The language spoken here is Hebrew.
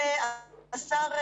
וכמו שאמרת,